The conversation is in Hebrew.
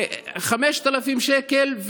5,000 שקל,